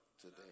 today